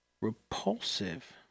repulsive